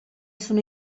sono